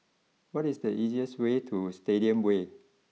what is the easiest way to Stadium way